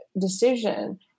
decision